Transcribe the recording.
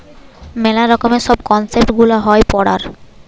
মেলা রকমের সব কনসেপ্ট গুলা হয় পড়ার